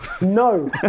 No